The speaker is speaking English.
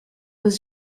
was